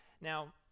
Now